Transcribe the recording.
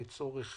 לצורך